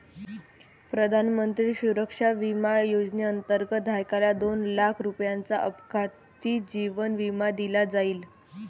प्रधानमंत्री सुरक्षा विमा योजनेअंतर्गत, धारकाला दोन लाख रुपयांचा अपघाती जीवन विमा दिला जाईल